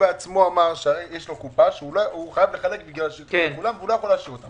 בעצמו אמר שיש לו קופה שהוא חייב לחלק ולא יכול להשאיר אותה.